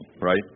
right